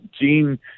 Gene